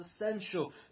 essential